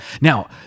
Now